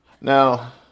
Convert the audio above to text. Now